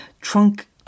Trunk